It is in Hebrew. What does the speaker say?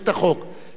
ויחליף אותי,